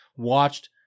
watched